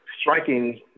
striking